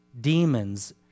demons